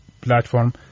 platform